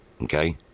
Okay